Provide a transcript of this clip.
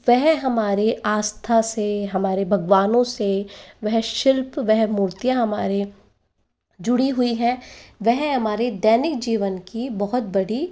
वह हमारे आस्था से हमारे भगवानों से वह शिल्प वह मूर्तियाँ हमारे जुड़ी हुई हैं वह हमारे दैनिक जीवन की बहुत बड़ी